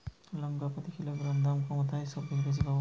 লঙ্কা প্রতি কিলোগ্রামে দাম কোথায় সব থেকে বেশি পাব?